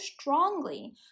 strongly